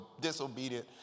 disobedient